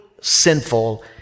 sinful